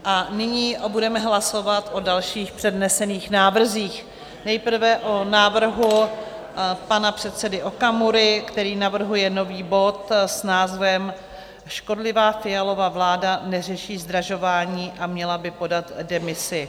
A nyní budeme hlasovat o dalších přednesených návrzích, nejprve o návrhu pana předsedy Okamury, který navrhuje nový bod s názvem Škodlivá Fialova vláda neřeší zdražování a měla by podat demisi.